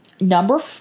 Number